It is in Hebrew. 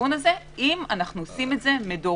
הסיכון הזה אם אנו עושים את זה מדורג,